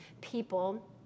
people